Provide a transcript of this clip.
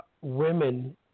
women